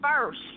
first